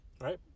right